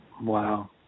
Wow